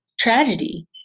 tragedy